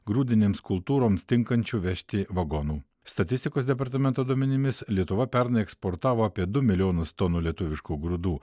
grūdinėms kultūroms tinkančių vežti vagonų statistikos departamento duomenimis lietuva pernai eksportavo apie du milijonus tonų lietuviškų grūdų